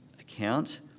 account